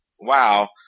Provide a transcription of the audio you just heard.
wow